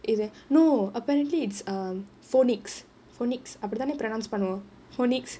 இது:ithu no apparently it's err phonics phonics அப்டி தானே:apdi dhanae pronounce பண்ணுவோம்:pannuvom phonics